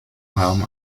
raum